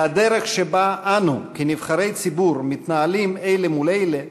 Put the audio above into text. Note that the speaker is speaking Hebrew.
והדרך שבה אנו כנבחרי הציבור מתנהלים אלה מול אלה,